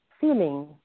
feeling